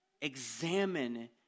examine